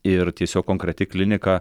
ir tiesiog konkreti klinika